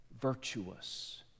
virtuous